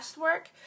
work